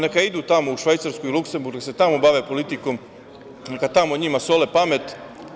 Neka idu tako u Švajcarsku i Luksemburg i nek se tamo bave politikom, neka tamo njima sole pamet.